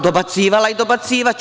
Dobacivala i dobacivaću.